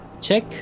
check